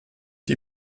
die